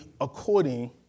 according